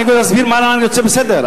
אני אסביר מה אני רוצה בסדר.